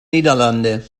niederlande